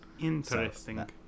interesting